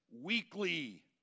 weekly